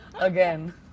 again